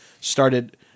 started